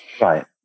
Right